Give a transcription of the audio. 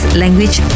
language